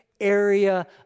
area